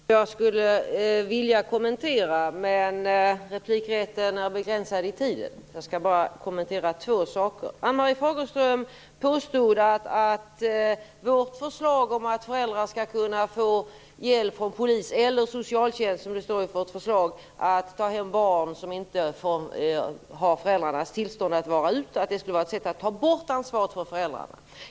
Fru talman! Det är mycket som jag skulle vilja kommentera. Men replikrätten är begränsad i tiden, så jag skall bara kommentera två saker. Ann-Marie Fagerström påstod att vårt förslag om att föräldrar skall kunna få hjälp från polis eller socialtjänst, som det står i vårt förslag, att ta hem barn som inte har föräldrarnas tillstånd att vara ute skulle vara ett sätt att ta bort ansvaret från föräldrarna.